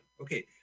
okay